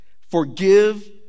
forgive